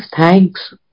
thanks